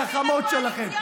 לטובת הגחמות שלכם.